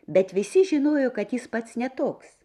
bet visi žinojo kad jis pats ne toks